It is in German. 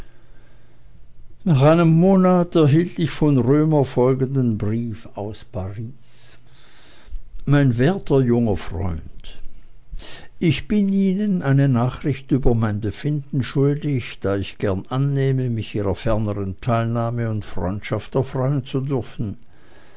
nach einem monate erhielt ich von römer folgenden brief aus paris mein werter junger freund ich bin ihnen eine nachricht über mein befinden schuldig da ich gern annehme mich ihrer ferneren teilnahme und freundschaft erfreuen zu dürfen